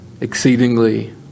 exceedingly